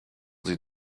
sie